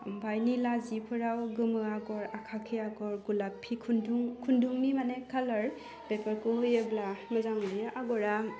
आमफ्राय नीला जिफोराव गोमो आगर आखाखि आगर गलाफि खुन्दुं खुनदुंनि माने कालार बेफोरखौ होयोब्ला मोजां नुयो आगरा